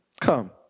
Come